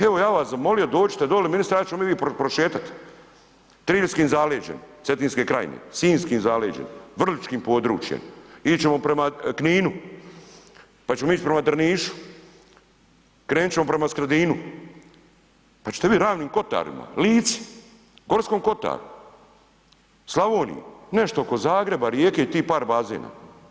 Evo ja bih vas zamolio dođite doli ministre, ja ćemo i vi prošetat, triljskim zaleđem Cetinske krajine, sinjskim zaleđem, vrličkim područjem ići ćemo prema Kninu, pa ćemo ići prema Drnišu, krenut ćemo prema Skradinu, pa ćete vidit, Ravnim kotarima, Lici, Gorskom kotaru, Slavoniji, nešto oko Zagreba, Rijeke i tih par bazena.